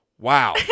Wow